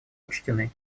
учтены